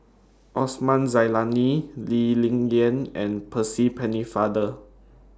Osman Zailani Lee Ling Yen and Percy Pennefather